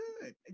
good